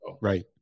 Right